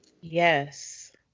Yes